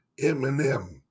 Eminem